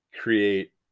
create